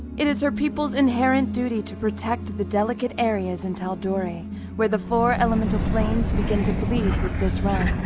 it is her people's inherent duty to protect the delicate areas in tal'dorei where the four elemental planes begin to bleed with this realm.